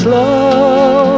Slow